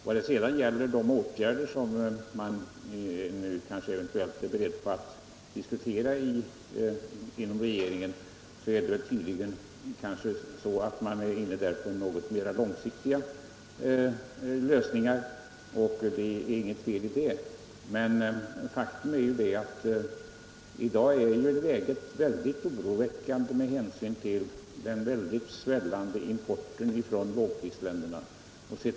När det gäller de åtgärder som man nu inom regeringen är beredd att diskutera, är det tydligen så att man är inne på något mer långsiktiga lösningar. Det är inget fel i det. Men faktum är att situationen i dag inger stor oro med hänsyn till den kraftigt svällande importen från lågprisländerna.